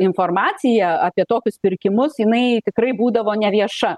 informacija apie tokius pirkimus jinai tikrai būdavo ne vieša